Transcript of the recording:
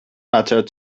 mattered